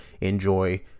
enjoy